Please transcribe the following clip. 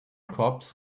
cobs